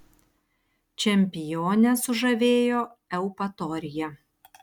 čempionę sužavėjo eupatorija